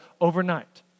overnight